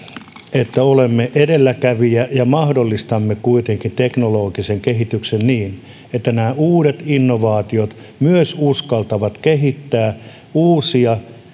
että olemme edelläkävijä ja mahdollistamme kuitenkin teknologisen kehityksen niin että nämä uudet innovaatiot myös uskaltavat kehittää uusia